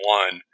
one